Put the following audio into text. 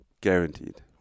Guaranteed